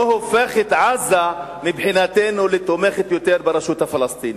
הופך את עזה מבחינתנו לתומכת יותר ברשות הפלסטינית,